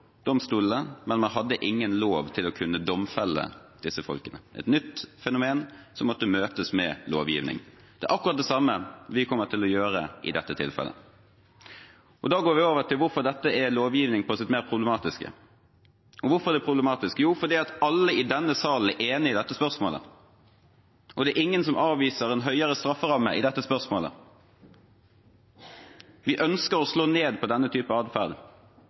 domstolene, hadde man ingen lov som kunne domfelle disse folkene. Det var et nytt fenomen som måtte møtes med lovgivning. Akkurat det samme kommer vi til å gjøre i dette tilfellet. Da går vi over til hvorfor dette er lovgivning på sitt mest problematiske. Hvorfor er det problematisk? Jo, fordi i dette spørsmålet er alle i denne salen enige. Ingen avviser en høyere strafferamme når det gjelder dette. Vi ønsker å slå ned på denne typen atferd,